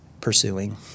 pursuing